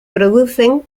producen